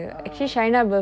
uh